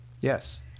Yes